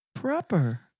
proper